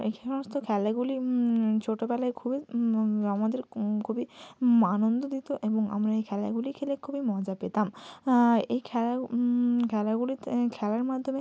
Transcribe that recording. এই সমস্ত খেলাগুলি ছোটবেলায় খুবই আমাদের খুবই আনন্দ দিত এবং আমরা এই খেলাগুলি খেলে খুবই মজা পেতাম এই খেলা খেলাগুলিতে খেলার মাধ্যমে